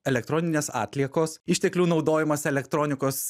elektroninės atliekos išteklių naudojimas elektronikos